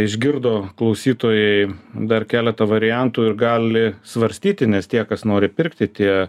išgirdo klausytojai dar keletą variantų ir gali svarstyti nes tie kas nori pirkti tie